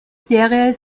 serien